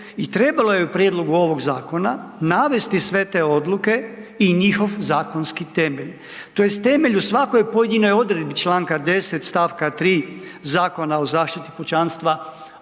i trebalo je u prijedlogu ovoga zakona navesti sve te odluke i njihov zakonski temelj tj. temelj u svakoj pojedinoj odredbi čl. 10. st. 3. Zakona o zaštiti pučanstva od